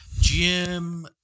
Jim